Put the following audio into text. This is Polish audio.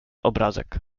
obrazek